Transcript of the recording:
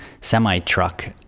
semi-truck